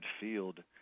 field